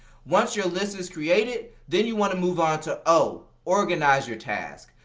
once your list is created then you want to move onto o, organize your tasks.